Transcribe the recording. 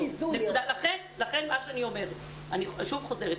אני שוב חוזרת.